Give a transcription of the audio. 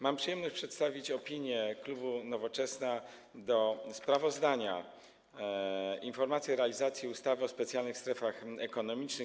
Mam przyjemność przedstawić opinię klubu Nowoczesna co do sprawozdania „Informacja o realizacji ustawy o specjalnych strefach ekonomicznych.